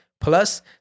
Plus